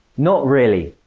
not really.